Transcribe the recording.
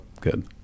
Good